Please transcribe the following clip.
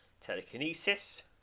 telekinesis